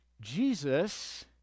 Jesus